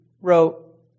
wrote